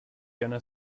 gonna